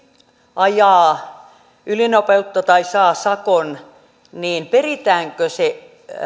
ajaa ylinopeutta ja saa sakon niin peritäänkö se